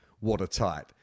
watertight